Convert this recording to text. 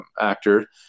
actor